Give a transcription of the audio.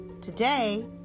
Today